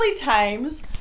times